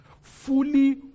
Fully